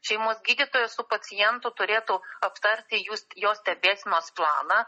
šeimos gydytoja su pacientu turėtų aptarti jūs jo stebėsenos planą